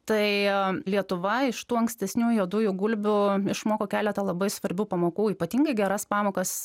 tai lietuva iš tų ankstesnių juodųjų gulbių išmoko keletą labai svarbių pamokų ypatingai geras pamokas